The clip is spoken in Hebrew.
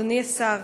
אדוני השר,